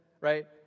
right